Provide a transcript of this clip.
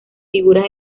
figuras